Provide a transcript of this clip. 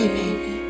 baby